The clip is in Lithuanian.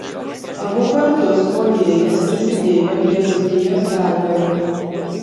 abu kartus puolėjas prisidėjo prie dzūkijos pergalių